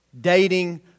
dating